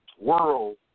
world